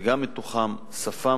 מתוכם שפה,